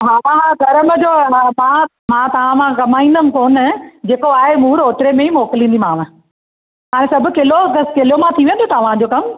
हा हा धर्म जो आहे मां तव्हां मां तव्हां मां कमाईंदमि कोनि जेको आहे मूड़ होतिरे में ई मोकिलिंदीमांव हाणे सभु किलो सभु किलो मां थी वेंदो तव्हांजो कमु